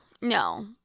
no